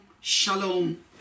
shalom